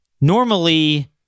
normally